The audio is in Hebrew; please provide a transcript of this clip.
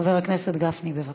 חבר הכנסת גפני, בבקשה.